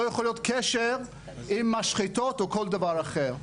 יכול להיות קשר עם משחטות או כל דבר אחר.